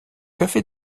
café